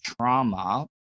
trauma